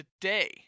today